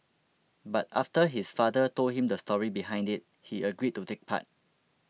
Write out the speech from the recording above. but after his father told him the story behind it he agreed to take part